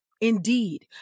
Indeed